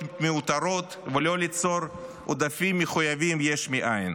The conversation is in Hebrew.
מיותרות ולא ליצור עודפים מחויבים יש מאין.